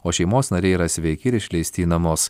o šeimos nariai yra sveiki ir išleisti į namus